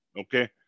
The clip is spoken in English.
Okay